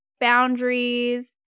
boundaries